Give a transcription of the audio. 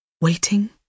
Waiting